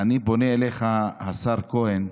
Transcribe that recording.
אני פונה אליך, השר כהן.